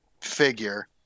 figure